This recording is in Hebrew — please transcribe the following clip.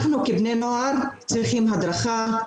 אנחנו כבני נוער צריכים הדרכה,